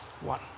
one